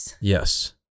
Yes